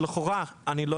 שלכאורה אני לא